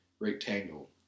Rectangle